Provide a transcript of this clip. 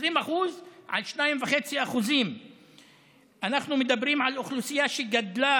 20% על 2.5%. אנחנו מדברים על אוכלוסייה שגדלה